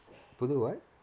பொதுவா:pothuvaa [what]